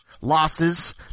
losses